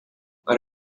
but